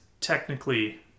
technically